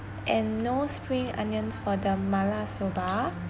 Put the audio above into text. and no spring onions for the mala soba